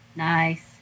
Nice